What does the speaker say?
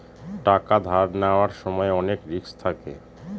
টাকা ধার নেওয়ার সময় অনেক রিস্ক থাকে